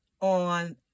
on